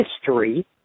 history